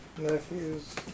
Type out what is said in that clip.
nephews